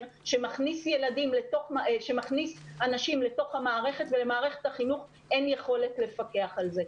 שמכניס אנשים לתוך המערכת ולמערכת החינוך אין יכולת לפקח על זה.